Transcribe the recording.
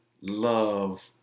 love